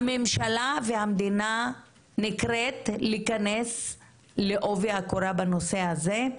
הממשלה והמדינה נקראות להיכנס לעובי הקורה בנושא הזה,